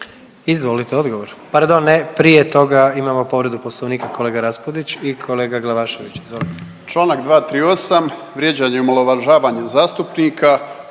Izvolite odgovor, pardon ne, prije toga imamo povredu Poslovnika kolega Raspudić i kolega Glavašević. Izvolite. **Raspudić, Nino (MOST)** Članak 238., vrijeđanje i omalovažavanje zastupnika.